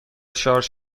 شارژ